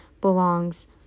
belongs